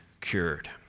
cured